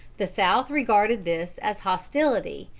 the south regarded this as hostility,